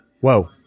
Whoa